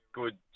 good